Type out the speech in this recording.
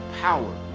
power